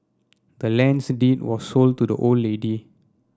the land's deed was sold to the old lady